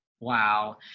Wow